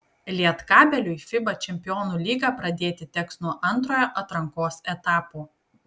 lietkabeliui fiba čempionų lygą pradėti teks nuo antrojo atrankos etapo